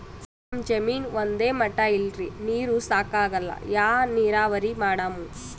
ನಮ್ ಜಮೀನ ಒಂದೇ ಮಟಾ ಇಲ್ರಿ, ನೀರೂ ಸಾಕಾಗಲ್ಲ, ಯಾ ನೀರಾವರಿ ಮಾಡಮು?